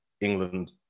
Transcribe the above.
England